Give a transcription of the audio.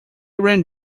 ran